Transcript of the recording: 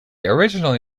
originally